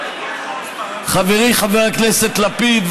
חברי חבר הכנסת לפיד,